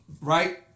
Right